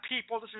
people